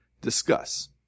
Discuss